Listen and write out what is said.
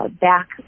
Back